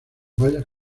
bayas